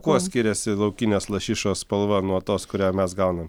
kuo skiriasi laukinės lašišos spalva nuo tos kurią mes gaunam